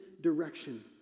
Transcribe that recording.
direction